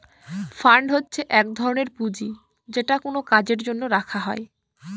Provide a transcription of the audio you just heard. fund হচ্ছে এক ধরনের পুঁজি যেটা কোনো কাজের জন্য রাখা হয়